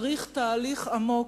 צריך תהליך עמוק,